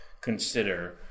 consider